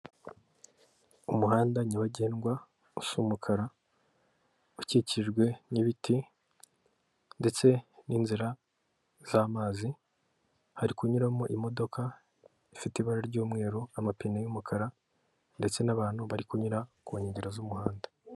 Umuhanda nyabagendwa, usa umukara, ukikijwe n'ibiti ndetse n'inzira z'amazi, hari kunyuramo imodoka ifite ibara ry'umweru, amapine y'umukara ndetse n'abantu bari kunyura ku nkengero z'umuhanda.